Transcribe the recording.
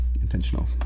intentional